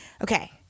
okay